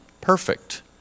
perfect